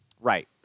Right